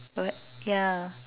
ya